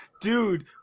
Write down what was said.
Dude